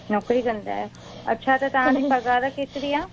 नौकरी कंदी आहियां अच्छा त तव्हां जी पघारु केतिरी आहे